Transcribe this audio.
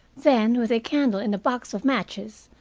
then, with a candle and a box of matches,